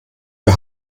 wir